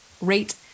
rate